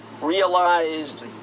realized